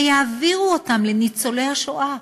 ולהעביר אותם לניצולי השואה?